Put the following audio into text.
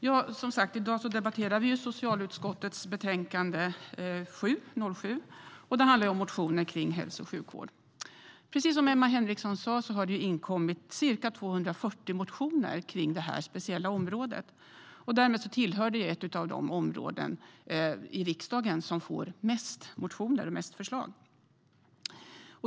Herr talman! I dag debatterar vi socialutskottets betänkande SoU7. Det handlar om motioner kring hälso-och sjukvård. Precis som Emma Henriksson sa har det inkommit ca 240 motioner om detta speciella område, som därmed tillhör de områden i riksdagen som får flest motioner och förslag.